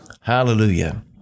Hallelujah